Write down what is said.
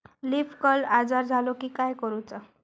Leaf curl आजार झालो की काय करूच?